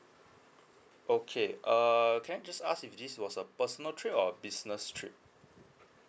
okay err can I just ask if this was a personal trip or business trip